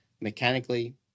mechanically